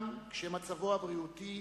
גם כשמצבו הבריאותי